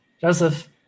Joseph